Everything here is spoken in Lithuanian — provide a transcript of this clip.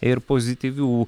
ir pozityvių